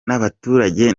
n’abaturage